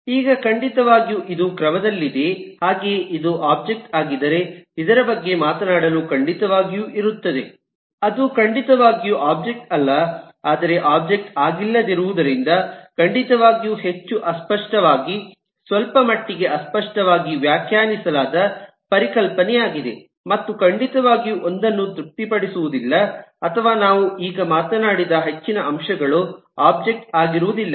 ಈಗ ಖಂಡಿತವಾಗಿಯೂ ಇದು ಕ್ರಮದಲ್ಲಿದೆ ಹಾಗೆಯೇ ಇದು ಒಬ್ಜೆಕ್ಟ್ ಆಗಿದ್ದರೆ ಇದರ ಬಗ್ಗೆ ಮಾತನಾಡಲು ಖಂಡಿತವಾಗಿಯೂ ಇರುತ್ತದೆ ಅದು ಖಂಡಿತವಾಗಿಯೂ ಒಬ್ಜೆಕ್ಟ್ ಅಲ್ಲ ಮತ್ತು ಒಬ್ಜೆಕ್ಟ್ ಆಗಿಲ್ಲದಿರುವುದರಿಂದ ಖಂಡಿತವಾಗಿಯೂ ಹೆಚ್ಚು ಅಸ್ಪಷ್ಟವಾಗಿ ಸ್ವಲ್ಪಮಟ್ಟಿಗೆ ಅಸ್ಪಷ್ಟವಾಗಿ ವ್ಯಾಖ್ಯಾನಿಸಲಾದ ಪರಿಕಲ್ಪನೆಯಾಗಿದೆ ಮತ್ತು ಖಂಡಿತವಾಗಿಯೂ ಒಂದನ್ನು ತೃಪ್ತಿಪಡಿಸುವುದಿಲ್ಲ ಅಥವಾ ನಾವು ಈಗ ಮಾತನಾಡಿದ ಹೆಚ್ಚಿನ ಅಂಶಗಳು ಒಬ್ಜೆಕ್ಟ್ ಆಗಿರುವುದಿಲ್ಲ